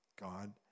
God